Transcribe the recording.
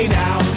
now